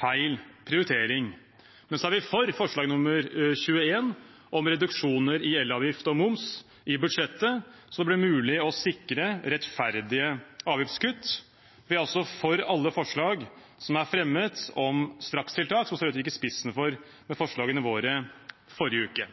feil prioritering. Men vi er for forslag nr. 21 om reduksjoner i elavgift og moms i budsjettet, så det blir mulig å sikre rettferdige avgiftskutt. Vi er altså for alle forslag som er fremmet om strakstiltak, og som Rødt gikk i spissen for med forslagene våre i forrige uke.